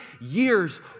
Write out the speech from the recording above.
years